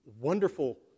wonderful